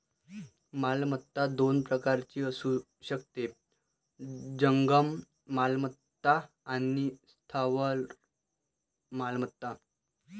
मालमत्ता दोन प्रकारची असू शकते, जंगम मालमत्ता आणि स्थावर मालमत्ता